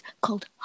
called